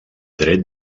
dret